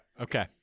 okay